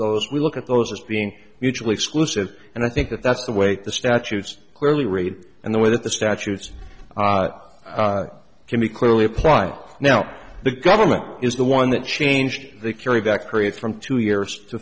those we look at those as being mutually exclusive and i think that that's the way the statutes really read and the way that the statutes can be clearly apply now the government is the one that changed the carrier that creates from two years to